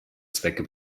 zwecke